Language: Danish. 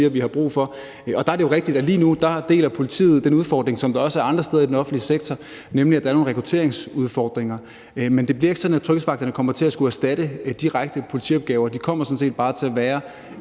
vi har brug for. Og der er det jo rigtigt, at politiet lige nu deler den udfordring, der også er andre steder i den offentlige sektor, nemlig at der er nogle rekrutteringsudfordringer. Men det bliver ikke sådan, at tryghedsvagterne kommer til at skulle erstatte direkte politiopgaver. De kommer sådan bare til at være